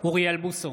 אוריאל בוסו,